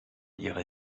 ihre